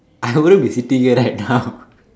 I wouldn't be sitting here right now